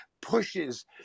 pushes